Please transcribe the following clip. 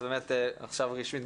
אז באמת עכשיו רשמית,